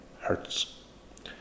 Hertz